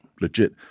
legit